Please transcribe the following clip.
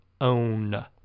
own